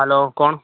hello કોણ